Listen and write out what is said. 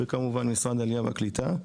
וכמובן משרד העלייה והקליטה.